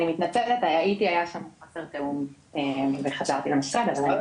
מתנצלת, הייתי היה שם חוסר תיאום וחזרתי למשרד.